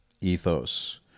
ethos